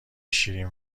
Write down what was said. شیرین